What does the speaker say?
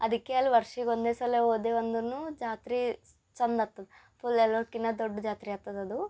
ಅದಕ್ಕೆ ಅಲ್ಲಿ ವರ್ಷಗ್ ಒಂದೇ ಸಲ ಹೋದೇವ್ ಅಂದರ್ನೂ ಜಾತ್ರೆ ಚಂದಾತು ಪುಲ್ ಎಲ್ಲರ್ಕಿನ ದೊಡ್ಡ ಜಾತ್ರೆ ಆಗ್ತದೆ ಅದು